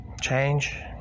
Change